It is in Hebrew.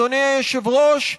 אדוני היושב-ראש,